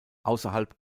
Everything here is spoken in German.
außerhalb